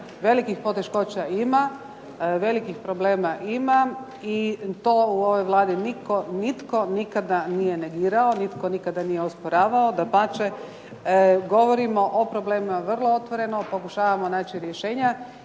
Velikih poteškoća ima, velikih problema ima i to u ovoj Vladi nitko nikada nije negirao, nitko nikada nije osporavao, dapače govorimo o problemima vrlo otvoreno, pokušavamo naći rješenja